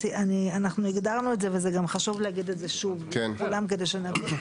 אנחנו הגדרנו את זה וזה גם חשוב להגיד את זה שוב לכולם כדי שנבין.